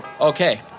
Okay